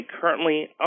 currently